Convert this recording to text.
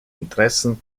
interessen